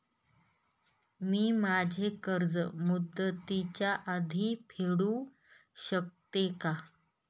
मी माझे कर्ज मुदतीच्या आधी फेडू शकते का?